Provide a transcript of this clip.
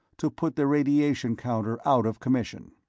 to put the radiation counter out of commission.